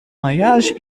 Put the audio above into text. mariage